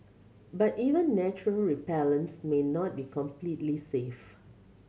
but even natural repellents may not be completely safe